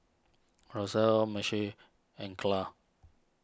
Rosella Moshe and Claud